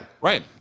Right